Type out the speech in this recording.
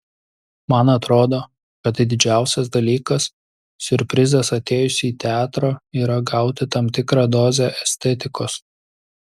man atrodo kad didžiausias dalykas siurprizas atėjus į teatrą yra gauti tam tikrą dozę estetikos